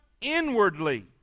inwardly